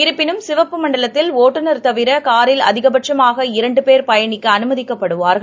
இருப்பினும் சிவப்பு மண்டலத்தில் ஒட்டுநர் தவிர காரில் அதிகபட்சமாக இரண்டுபேர் பயணிக்கஅனுமதிக்கப்படுவார்கள்